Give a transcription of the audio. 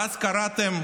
ואז קראתם,